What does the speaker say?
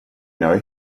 know